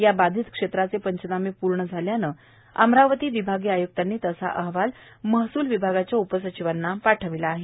या बाधित क्षेत्राचे पंचनामे पूर्ण झाल्याने विभागीय आयुक्तांनी तसा अहवाल महसूल विभागाच्या उपसचिव यांना पाठविला आहे